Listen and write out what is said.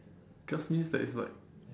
just means that it's like